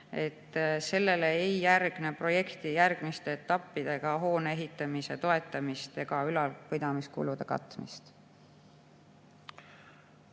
Sellele ei järgne projekti järgmistes etappides hoone ehitamise toetamist ega ülalpidamiskulude katmist.